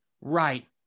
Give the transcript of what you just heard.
right